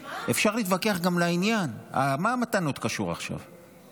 מה, אסור להגיד את זה?